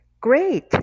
Great